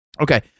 Okay